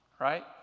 Right